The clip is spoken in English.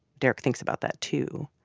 derek thinks about that, too.